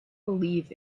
believe